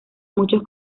muchos